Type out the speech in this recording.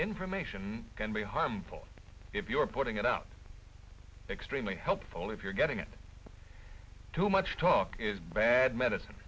information can be harmful if you're putting it out extremely helpful if you're getting it too much talk is bad medicine